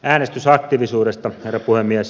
äänestysaktiivisuudesta herra puhemies